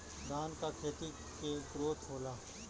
धान का खेती के ग्रोथ होला?